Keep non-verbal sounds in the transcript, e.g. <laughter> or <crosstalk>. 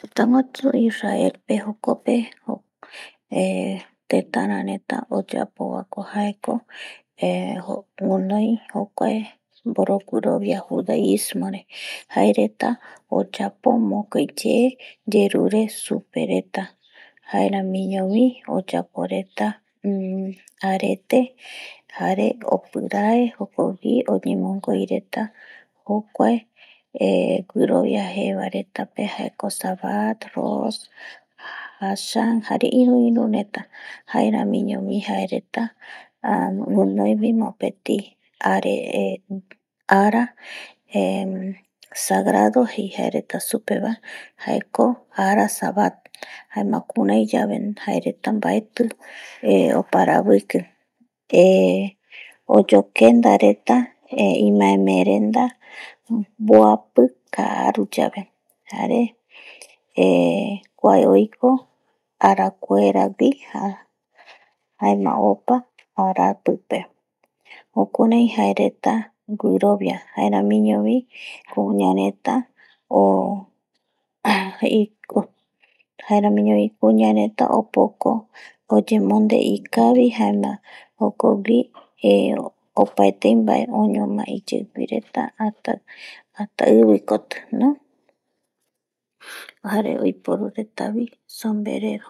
Tëtäguasu israel pe jokope <noise> tetarareta oyapoba ko jae eh guinoi jokuae mborogurovia judaismo re jae reta oyapo mokoi <hesitation> yerure supe reta jaeramiño vi oyapo reta arete jare opirae jokogui oyemongoi reta jokua eh guirovia jevae retape jaeko sabha, rhoo, jasam jare iru, irureta jaeramiñovi jaereta guinoivi mopeti <hesitation> ara <hesitation> sagrado jei jae reta supe jaeko arha sabha kurai yave jae reta baeti eh oparaviki eh oyokenda reta eh imaeme renda boapi karu yave jare <hesitation> kuae oiko <hesitation> arakueragui jaema opa arapipe jukurai je jae reta guirovia jaeramiñovi kuña reta <hesitation> jaeramiñovi kuña reta opoko oyemonde ikavi jaema jokogui eh opaetei mbae oñono iyeigui reta jete reta re jare oiporu retavii akandiru